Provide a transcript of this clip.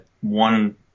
One